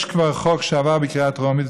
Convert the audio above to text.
יש כבר חוק שעבר בקריאה טרומית,